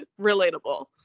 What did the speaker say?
relatable